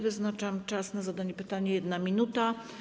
Wyznaczam czas na zadanie pytania - 1 minuta.